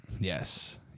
Yes